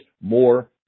more